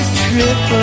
trip